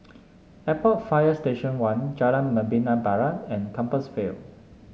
Airport Fire Station One Jalan Membina Barat and Compassvale